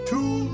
Two